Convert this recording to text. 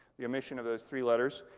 the omission of those three letters?